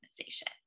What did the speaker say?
organization